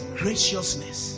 graciousness